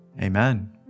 amen